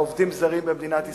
העובדים הזרים במדינת ישראל.